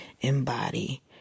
embody